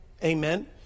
Amen